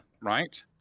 Right